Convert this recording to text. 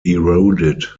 eroded